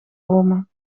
roamen